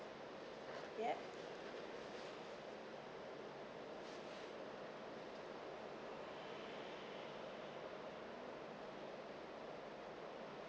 yup